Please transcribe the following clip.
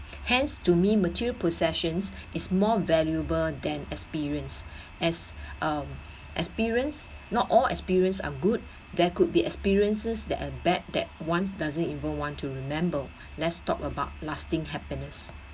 hence to me material possessions is more valuable than experience as um experience not all experiences are good there could be experiences that are bad that once doesn't even want to remember let's talk about lasting happiness